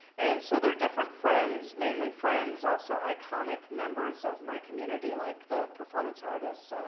and so they're different friends. mainly friends, also iconic members of my community, like the performance artist,